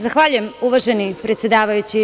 Zahvaljujem, uvaženi predsedavajući.